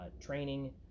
training